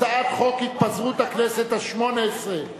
הצעת חוק התפזרות הכנסת השמונה-עשרה,